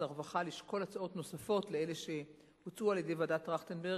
הרווחה לשקול הצעות נוספות על אלה שהוצעו על-ידי ועדת-טרכטנברג,